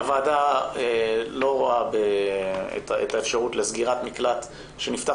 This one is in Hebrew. הוועדה לא רואה את האפשרות של סגירת מקלט שנפתח